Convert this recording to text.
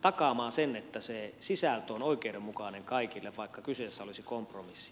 takaamaan sitä että se sisältö on oikeudenmukainen kaikille vaikka kyseessä olisi kompromissi